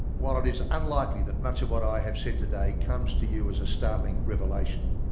while it is unlikely that much of what i have said today comes to you as a startling revelation,